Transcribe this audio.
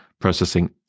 processing